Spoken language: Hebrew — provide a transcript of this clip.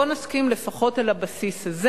בוא נסכים לפחות על הבסיס הזה,